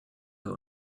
der